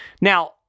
Now